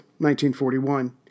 1941